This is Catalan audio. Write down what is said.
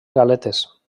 galetes